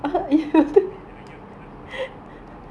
I never eat the ayam because the